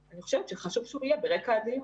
אני חושבת שחשוב שהוא יהיה ברקע הדיון.